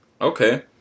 Okay